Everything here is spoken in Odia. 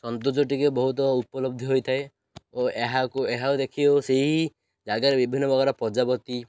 ସୌନ୍ଦର୍ଯ୍ୟ ଟିକେ ବହୁତ ଉପଲବ୍ଧି ହୋଇଥାଏ ଓ ଏହାକୁ ଏହାକୁ ଦେଖି ଓ ସେହି ଜାଗାରେ ବିଭିନ୍ନ ପ୍ରକାର ପ୍ରଜାପତି